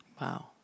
Wow